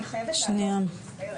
אני מצטערת,